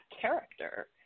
character